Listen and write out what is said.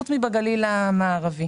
מלבד מהגליל המערבי.